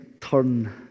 turn